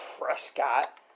Prescott